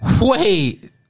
wait